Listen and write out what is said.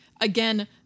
Again